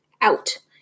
out